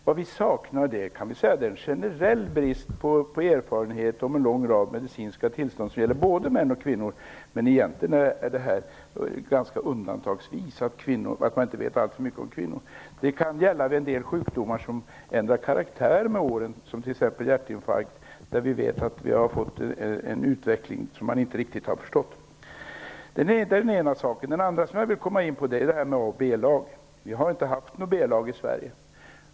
Vad vi saknar är generella erfarenheter av en lång rad medicinska tillstånd som gäller både män och kvinnor. Det är bara undantagsvis som vi vet mindre när det gäller kvinnor. Det kan gälla en del sjukdomar som ändrar karaktär med åren, t.ex. hjärtinfarkt, där det förekommit en utveckling som man inte riktigt har förstått. Den andra saken som jag vill komma in på är detta med A och B-lag. Vi har inte haft något B-lag i Sverige.